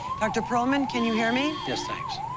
like drpearlman, can you hear me? yes, thanks.